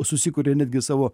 susikuria netgi savo